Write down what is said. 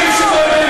גזענות.